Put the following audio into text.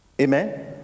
amen